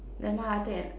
nevermind I take an